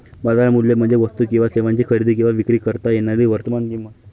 बाजार मूल्य म्हणजे वस्तू किंवा सेवांची खरेदी किंवा विक्री करता येणारी वर्तमान किंमत